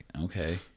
okay